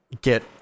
get